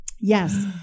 Yes